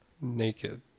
Naked